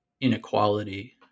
inequality